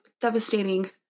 devastating